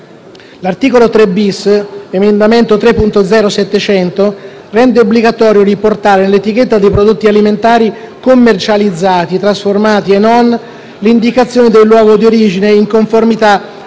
L'articolo 3-*bis* (emendamento 3.0.700) rende obbligatorio riportare nell'etichetta dei prodotti alimentari commercializzati, trasformati e non, l'indicazione del luogo di origine in conformità